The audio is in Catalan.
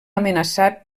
amenaçat